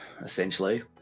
essentially